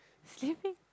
sleeping